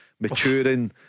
maturing